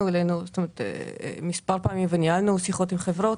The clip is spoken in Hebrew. אלינו מספר פעמים וניהלנו שיחות עם חברות,